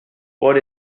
what